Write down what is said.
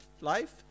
life